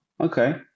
okay